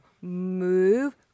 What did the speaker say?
move